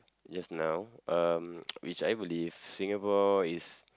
just now um which I believe Singapore is